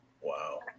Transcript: Wow